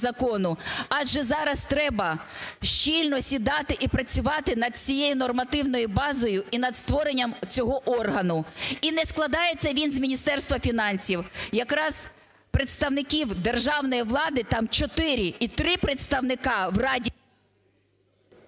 адже зараз треба щільно сідати і працювати над цією нормативною базою і над створенням цього органу. І не складається він з Міністерства фінансів. Якраз представників державної влади там чотири і три представника в раді…